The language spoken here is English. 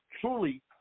truly